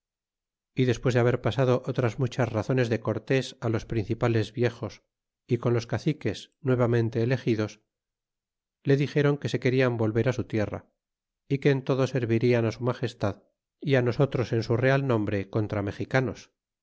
y despues de haber pasado otras muchas azones de cortes á los panelpales viejos y con los caciques nuevamente elegidos le dixéron que se querian volver su tierra y que en todo servirian su magestad y nosotros en su real nombre contra mexicanos